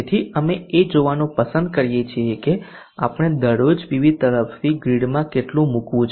તેથી અમે એ જોવાનું પસંદ કરીએ છીએ કે આપણે દરરોજ પીવી તરફથી ગ્રીડમાં કેટલું મૂકવું છે